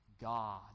God